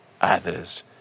others